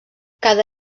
cada